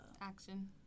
Action